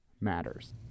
matters